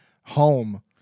home